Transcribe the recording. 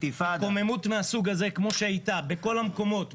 התקוממות מהסוג הזה כמו שהייתה בכל המקומות,